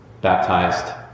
baptized